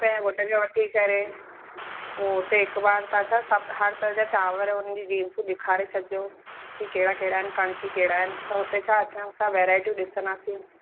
पंहिंजे पुट खे वठी करे पोइ हुते हिकु बार छा छा सभु हर तरह जा चांवर उन्हनि जी बिंस ॾेखारे छॾिजो कि कहिड़ा कहिड़ा आहिनि कान कि कहिड़ा आहिनि त हुते छा अचण सां वैरायटियूं ॾिसंदासीं